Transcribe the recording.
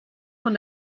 von